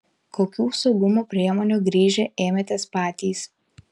kokių saugumo priemonių grįžę ėmėtės patys